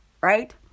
Right